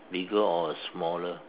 bigger or a smaller